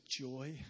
joy